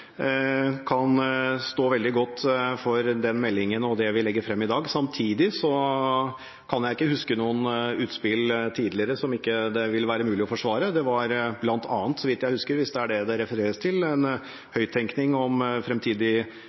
kan stå veldig godt inne for meldingen og det vi legger frem i dag. Samtidig kan jeg ikke huske noen utspill tidligere som det ikke vil være mulig å forsvare. Det var bl.a., så vidt jeg husker – hvis det er det det refereres til – en høyttenkning om fremtidig